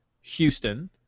Houston